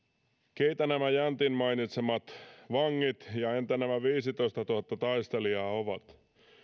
keitä nämä jäntin mainitsemat vangit ovat entä nämä viisitoistatuhatta taistelijaa